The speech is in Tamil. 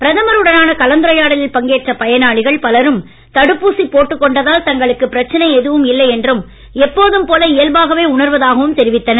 பிரதமர் உடனான கலந்துரையாடலில் பங்கேற்ற பயனாளிகள் பலரும் தடுப்பூசி போட்டுக் கொண்டதால் தங்களுக்கு பிரச்சனை எதுவும் இல்லை என்றும் எப்போதும் போல இயல்பாகவே உணர்வதாகவும் தெரிவித்தனர்